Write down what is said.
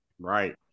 Right